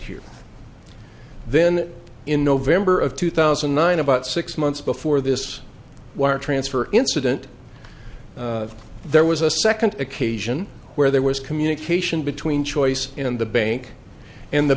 here then in november of two thousand and nine about six months before this wire transfer incident there was a second occasion where there was communication between choice in the bank and the